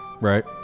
Right